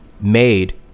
made